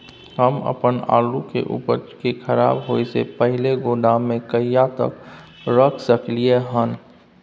हम अपन आलू के उपज के खराब होय से पहिले गोदाम में कहिया तक रख सकलियै हन?